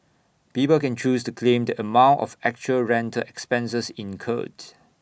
people can choose to claim the amount of actual rental expenses incurred